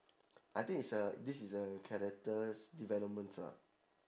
I think is uh this is a characters development ah